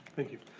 thank you.